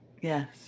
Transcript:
Yes